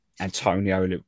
Antonio